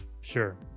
Sure